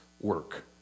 work